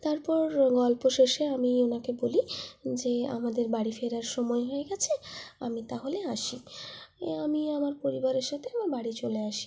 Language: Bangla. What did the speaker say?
তারপর গল্প শেষে আমি ওনাকে বলি যে আমাদের বাড়ি ফেরার সময় হয়ে গেছে আমি তাহলে আসি আমি আমার পরিবারের সাথে আমার বাড়ি চলে আসি